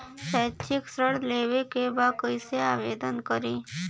शैक्षिक ऋण लेवे के बा कईसे आवेदन करी?